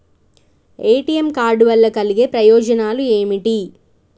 ATM card వల్ల కలిగే ప్రయోజనాలు ఏమిటి?